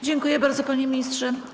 Dziękuję bardzo, panie ministrze.